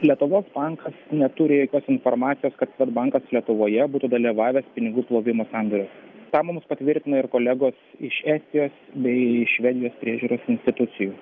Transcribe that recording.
lietuvos bankas neturi jokios informacijos kad svedbankas lietuvoje būtų dalyvavęs pinigų plovimo sandoriuo tą mums patvirtina ir kolegos iš estijos bei švedijos priežiūros institucijų